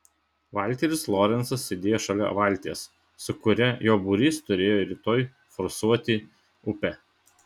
valteris lorencas sėdėjo šalia valties su kuria jo būrys turėjo rytoj forsuoti upę